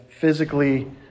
physically